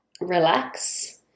relax